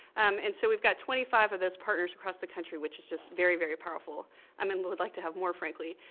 and so we've got twenty five of those partners across the country, which is just very, very powerful um and would like to have more frankly.